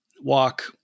walk